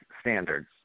standards